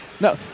No